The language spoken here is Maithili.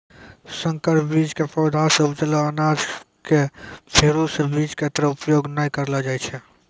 संकर बीज के पौधा सॅ उपजलो अनाज कॅ फेरू स बीज के तरह उपयोग नाय करलो जाय छै